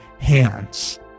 hands